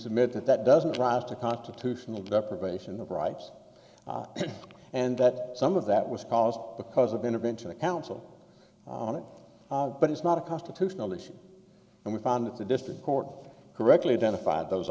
submitted that doesn't drive to constitutional deprivation of rights and that some of that was caused because of intervention a council on it but it's not a constitutional issue and we found that the district court correctly identified those